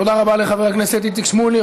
תודה רבה לחבר הכנסת איציק שמולי.